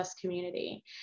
community